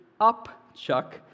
upchuck